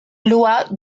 loi